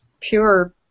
pure